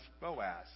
Boaz